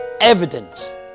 evidence